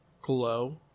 glow